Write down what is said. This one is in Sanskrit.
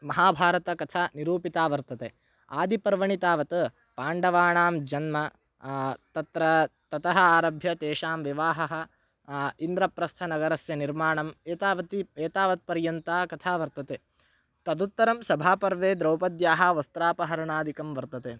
महाभारतकथा निरूपिता वर्तते आदिपर्वणि तावत् पाण्डवानां जन्म तत्र ततः आरभ्य तेषां विवाहः इन्द्रप्रस्थनगरस्य निर्माणम् एतावती एतावत् पर्यन्ता कथा वर्तते तदुत्तरं सभापर्वे द्रौपद्याः वस्त्रापहरणादिकं वर्तते